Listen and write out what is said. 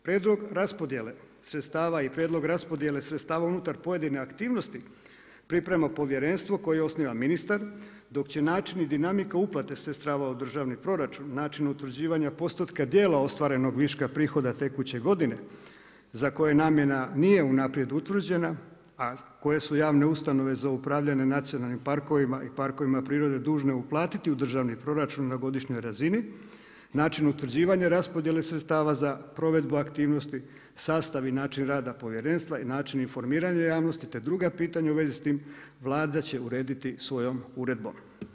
Prijedlog raspodjele sredstava i prijedlog raspodjele sredstava unutar pojedine aktivnosti priprema povjerenstvo koje osnova ministar dok će način i dinamika uplate sredstava u državni proračun, način utvrđivanja postotka djela ostvarenog viška prihoda tekuće godine za koje namjena nije unaprijed utvrđena, a koje su javne ustanove za upravljanje nacionalnim parkovima i parkovima prirode dužne uplatiti u državni proračun na godišnjoj razini, način utvrđivanja raspodjele sredstava za provedbu aktivnosti, sastav i način rada povjerenstva i način informiranja javnosti te druga pitanja u vezi s tim Vlada će urediti svojom uredbom.